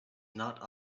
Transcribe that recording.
not